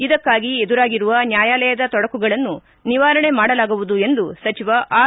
ಇದಕ್ಕಾಗಿ ಎದುರಾಗಿರುವ ನ್ಯಾಯಾಲಯದ ತೊಡಕುಗಳನ್ನು ನಿವಾರಣೆ ಮಾಡಲಾಗುವುದು ಎಂದು ಸಚಿವ ಆರ್